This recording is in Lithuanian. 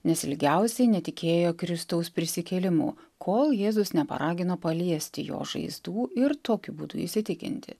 nes ilgiausiai netikėjo kristaus prisikėlimu kol jėzus neparagino paliesti jo žaizdų ir tokiu būdu įsitikinti